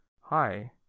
Hi